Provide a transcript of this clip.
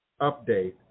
update